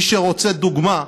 מי שרוצה דוגמה,